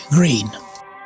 Green